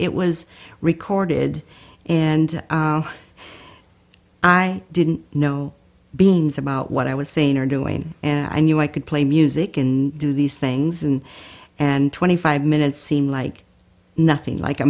it was recorded and i didn't know beings about what i was saying or doing and i knew i could play music and do these things and and twenty five minutes seem like nothing like a